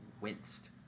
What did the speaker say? winced